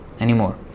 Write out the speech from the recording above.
anymore